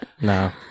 no